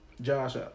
Josh